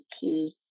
key